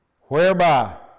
Whereby